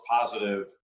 positive